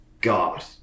God